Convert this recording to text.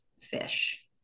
Fish